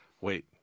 Wait